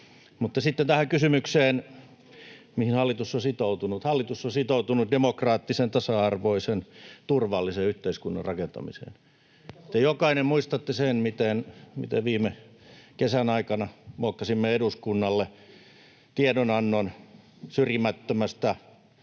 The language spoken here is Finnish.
Mutta sitten tähän kysymykseen, mihin hallitus on sitoutunut. Hallitus on sitoutunut demokraattisen, tasa-arvoisen, turvallisen yhteiskunnan rakentamiseen. Te jokainen muistatte sen, miten viime kesän aikana muokkasimme eduskunnalle tiedonannon syrjimättömästä